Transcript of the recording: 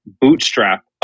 bootstrap